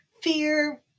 Fear